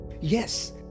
Yes